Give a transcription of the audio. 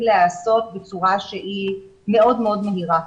להיעשות בצורה שהיא מאוד מאוד מהירה.